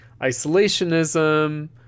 isolationism